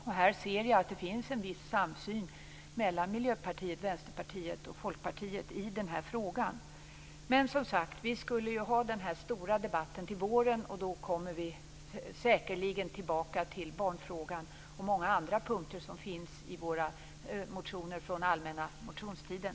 I den här frågan ser jag att det finns en viss samsyn mellan Miljöpartiet, Vänsterpartiet och Folkpartiet, men som sagt skall vi ha den stora debatten till våren, och då kommer vi säkerligen tillbaka till barnfrågan och många andra punkter som finns i våra motioner från allmänna motionstiden.